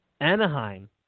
Anaheim